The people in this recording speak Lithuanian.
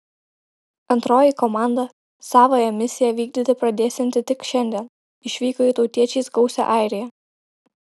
antroji komanda savąją misiją vykdyti pradėsianti tik šiandien išvyko į tautiečiais gausią airiją